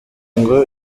ngo